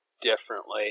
differently